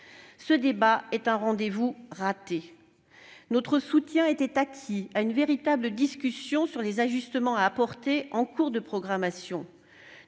Ce débat est un rendez-vous raté. Notre soutien était acquis à une véritable discussion sur les ajustements à apporter en cours de programmation.